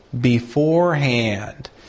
beforehand